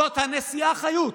זאת הנשיאה חיות.